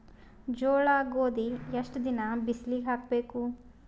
ಜೋಳ ಗೋಧಿ ಎಷ್ಟ ದಿನ ಬಿಸಿಲಿಗೆ ಹಾಕ್ಬೇಕು?